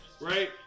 right